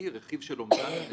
הם חייבים להעלות מאמרים,